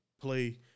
play –